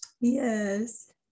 yes